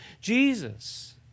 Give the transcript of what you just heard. Jesus